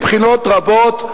מבחינות רבות,